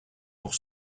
pour